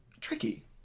tricky